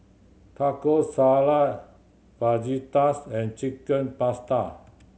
Taco Salad Fajitas and Chicken Pasta